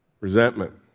Resentment